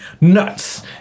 nuts